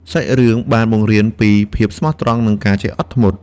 សាច់រឿងបានបង្រៀនពីភាពស្មោះត្រង់ និងការចេះអត់ធ្មត់។